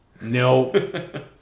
no